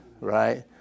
right